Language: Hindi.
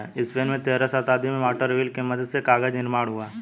स्पेन में तेरहवीं शताब्दी में वाटर व्हील की मदद से कागज निर्माण हुआ